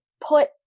put